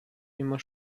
immer